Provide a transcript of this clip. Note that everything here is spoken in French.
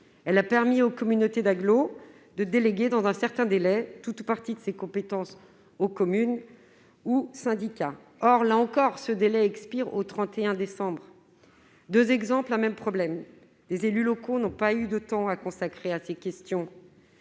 en permettant aux communautés d'agglomération de déléguer, dans un certain délai, tout ou partie de leurs compétences aux communes ou aux syndicats. Or, là encore, ce délai expire au 31 décembre prochain. Ce sont deux exemples d'un même problème : les élus locaux n'ont pas eu de temps à consacrer à ces questions,